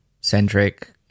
centric